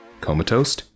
Comatose